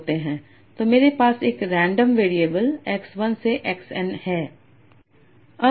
तो मेरे पास एक रेंडम वेरिएबल x 1 से x n है